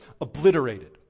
obliterated